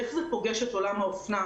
איך זה פוגש את עולם האופנה,